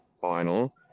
final